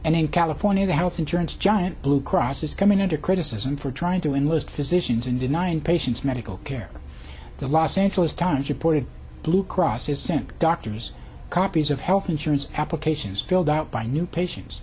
and in california the health insurance giant blue cross is coming under criticism for trying to enlist physicians in denying patients medical care the los angeles times reported blue cross has sent doctors copies of health insurance applications filled out by new patients